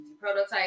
prototype